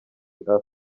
arthur